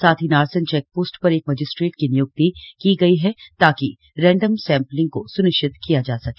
साथ ही नारसन चैकपोस्ट पर एक मजिस्ट्रेट की निय्क्ति की गई ताकि रैंडम सैंपलिंग को स्निश्चित किया जा सके